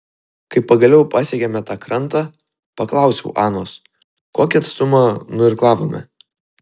kai pagaliau pasiekėme tą krantą paklausiau anos kokį atstumą nuirklavome